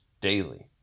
daily